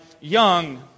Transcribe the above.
young